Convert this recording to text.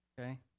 okay